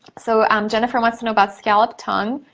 so um jennifer wants to know about scalloped tongue.